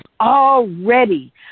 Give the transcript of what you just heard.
already